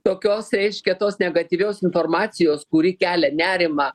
tokios reiškia tos negatyvios informacijos kuri kelia nerimą